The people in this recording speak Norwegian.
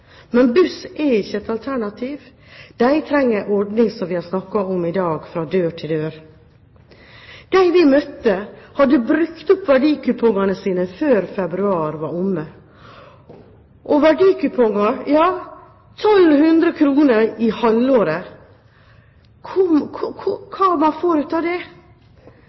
men buss er ikke et alternativ. De trenger en ordning fra dør til dør – som vi har snakket om i dag. De vi møtte, hadde brukt opp verdikupongene sine før februar var omme, verdikuponger på 1 200 kr i halvåret. Hva får man ut av det?